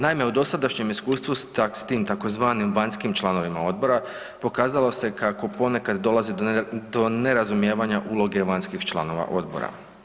Naime, u dosadašnjem iskustvu s tim tzv. vanjskim članovima odbora, pokazalo se kako ponekad dolazi do nerazumijevanja uloge vanjskih članova odbora.